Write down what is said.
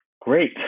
Great